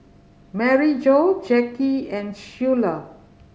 Maryjo Jacky and Schuyler